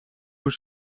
hoe